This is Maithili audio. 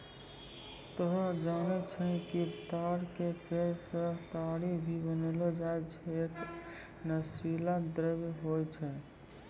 तोहं जानै छौ कि ताड़ के पेड़ सॅ ताड़ी भी बनैलो जाय छै, है एक नशीला द्रव्य होय छै